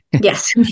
Yes